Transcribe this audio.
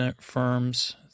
firms